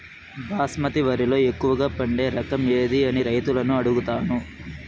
బాస్మతి వరిలో ఎక్కువగా పండే రకం ఏది అని రైతులను అడుగుతాను?